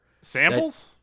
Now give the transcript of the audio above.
samples